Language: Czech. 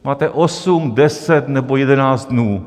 Máte 8, 10 nebo 11 dnů.